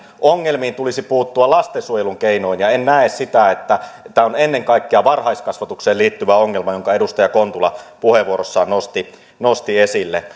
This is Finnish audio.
ongelmiin tulisi puuttua lastensuojelun keinoin ja en näe sitä että tämä on ennen kaikkea varhaiskasvatukseen liittyvä ongelma jonka edustaja kontula puheenvuorossaan nosti nosti esille